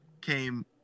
came